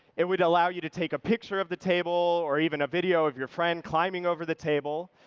it will allow you to take a picture of the table or even a video of your friend climbing over the table.